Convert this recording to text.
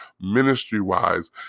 ministry-wise